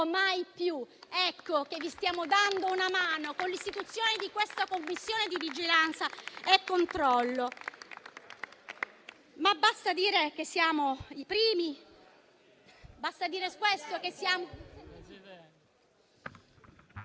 Ecco che vi stiamo dando una mano con l'istituzione di questa Commissione di vigilanza e controllo. Ma basta dire che siamo i primi,